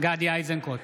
גדי איזנקוט,